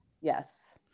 Yes